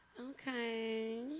Okay